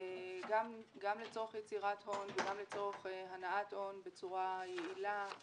גם לצורך יצירת הון וגם לצורך הנעת הון בצורה יעילה,